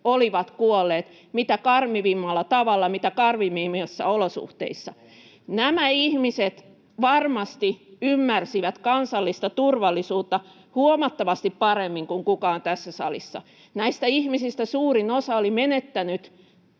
olivat kuolleet mitä karmivimmalla tavalla mitä karmivimmissa olosuhteissa. Nämä ihmiset varmasti ymmärsivät kansallista turvallisuutta huomattavasti paremmin kuin kukaan tässä salissa. Näistä ihmisistä suurin osa oli menettänyt